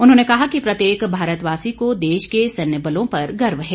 उन्होंने कहा कि प्रत्येक भारतवासी को देश के सैन्य बलों पर गर्व है